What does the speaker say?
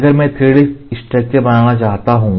अगर मैं 3D structure बनाना चाहता हूं